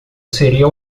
seria